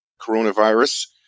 coronavirus